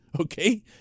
okay